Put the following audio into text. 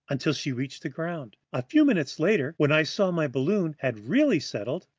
until she reached the ground. a few minutes later, when i saw my balloon had really settled,